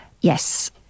Yes